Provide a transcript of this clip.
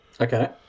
Okay